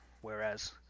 whereas